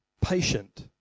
patient